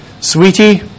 Sweetie